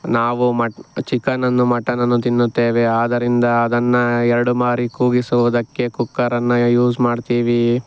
ನಾವು ಮಟ ಚಿಕನನ್ನು ಮಟನನ್ನು ತಿನ್ನುತ್ತೇವೆ ಆದರಿಂದ ಅದನ್ನು ಎರಡು ಬಾರಿ ಕೂಗಿಸುವುದಕ್ಕೆ ಕುಕ್ಕರನ್ನು ಯೂಸ್ ಮಾಡ್ತೀವಿ